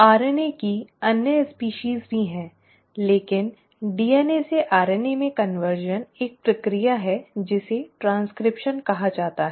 RNA की अन्य प्रजातियां भी हैं लेकिन DNA से RNA में कन्वर्श़न एक प्रक्रिया है जिसे ट्रैन्स्क्रिप्शन कहा जाता है